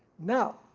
now